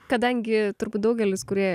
kadangi turbūt daugelis kurie